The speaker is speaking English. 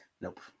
nope